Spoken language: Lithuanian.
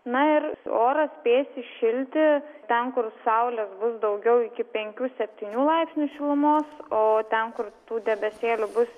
na ir oras spės įšilti ten kur saulės bus daugiau iki penkių septynių laipsnių šilumos o ten kur tų debesėlių bus